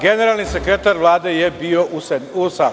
Generalni sekretar Vlade je bio u sali.